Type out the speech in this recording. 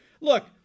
Look